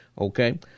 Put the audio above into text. Okay